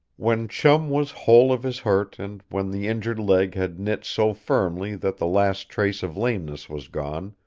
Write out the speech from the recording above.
when chum was whole of his hurt and when the injured leg had knit so firmly that the last trace of lameness was gone,